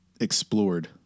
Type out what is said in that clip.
explored